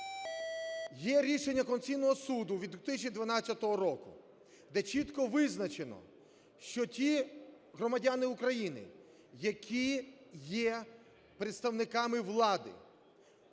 Є рішення Конституційного Суду від 2012 року, де чітко визначено, що ті громадяни України, які є представниками влади,